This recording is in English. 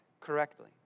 correctly